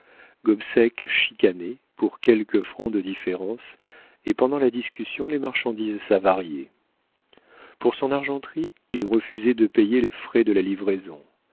gobseck chicanait pour quelques francs de différence et pendant la discussion les marchandises s'avariaient pour son argenterie il refusait de payer les frais de la livraison